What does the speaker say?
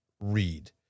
read